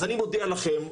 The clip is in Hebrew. אז אני מודיע לכם,